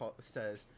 says